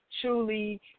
truly